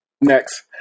Next